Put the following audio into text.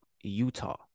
Utah